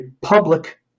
public